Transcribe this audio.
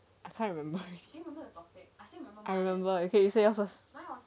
I can't remember I remember okay so yours first